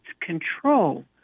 control